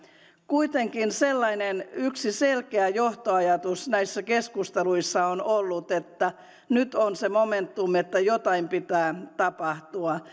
kuitenkin sellainen yksi selkeä johtoajatus näissä keskusteluissa on ollut että nyt on se momentum että jotain pitää tapahtua